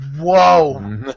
whoa